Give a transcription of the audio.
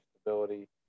stability